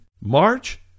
March